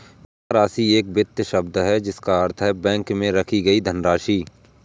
जमा राशि एक वित्तीय शब्द है जिसका अर्थ है बैंक में रखी गई धनराशि